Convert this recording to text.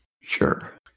Sure